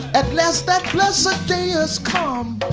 at last that blessed day has come.